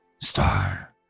Star